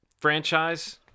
franchise